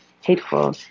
hateful